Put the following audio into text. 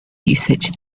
usage